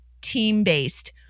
team-based